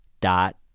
dot